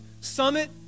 Summit